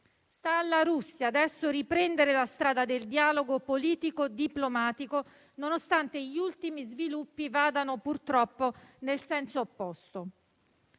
Sta alla Russia adesso riprendere la strada del dialogo politico-diplomatico, nonostante gli ultimi sviluppi vadano purtroppo nel senso opposto.